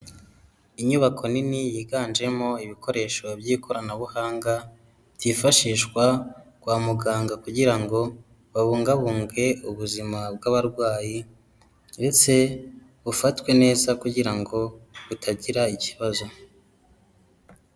Inyubako nini yiganjemo ibikoresho by'ikoranabuhanga, byifashishwa kwa muganga. Kugira ngo babungabunge ubuzima bw'abarwayi ndetse bufatwe neza kugira ngo butagira ikibazo.